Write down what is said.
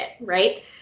Right